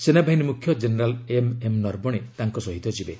ସେନାବାହିନୀ ମୁଖ୍ୟ general MM Naravane ତାଙ୍କ ସହ ଯିବେ